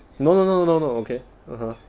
no no no no no okay (uh huh)